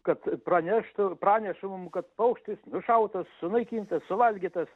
kad praneštų ir praneša mum kad paukštis nušautas sunaikintas suvalgytas